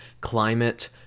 climate